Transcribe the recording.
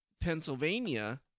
Pennsylvania